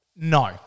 No